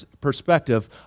perspective